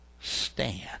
stand